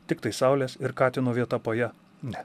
tiktai saulės ir katino vieta po ja ne